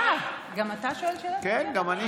אה, גם אתה שואל שאלת המשך?